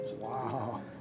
Wow